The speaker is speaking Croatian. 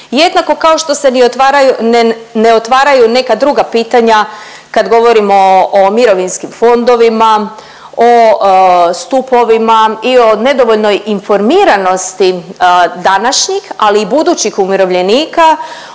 jednako kao što se ne otvaraju neka druga pitanja kad govorimo o mirovinskim fondovima, o stupovima i o nedovoljnoj informiranosti današnjih, ali i budućih umirovljenika